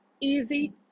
easy